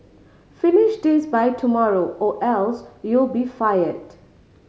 finish this by tomorrow or else you'll be fired